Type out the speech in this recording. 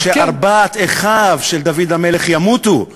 שארבעת אחיו של דוד המלך ימותו,